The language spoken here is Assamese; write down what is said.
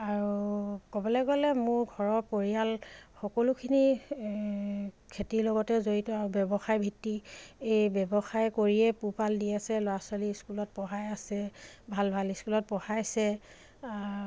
আৰু ক'বলৈ গ'লে মোৰ ঘৰৰ পৰিয়াল সকলোখিনি খেতিৰ লগতে জড়িত আৰু ব্যৱসায়ভিত্তিক এই ব্যৱসায় কৰিয়ে পোহপাল দি আছে ল'ৰা ছোৱালী স্কুলত পঢ়াই আছে ভাল ভাল স্কুলত পঢ়াইছে